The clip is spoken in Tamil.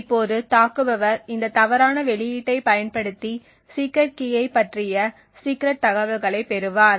இப்போது தாக்குபவர் இந்த தவறான வெளியீட்டைப் பயன்படுத்தி சீக்ரெட் கீயைப் பற்றிய சீக்ரெட் தகவல்களைப் பெறுவார்